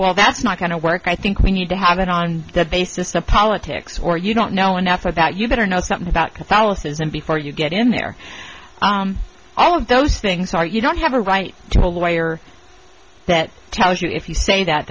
well that's not going to work i think we need to have it on the basis of politics or you don't know enough so that you better know something about catholicism before you get in there all of those things are you don't have a right to a lawyer that tells you if you say that